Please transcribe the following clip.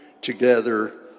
together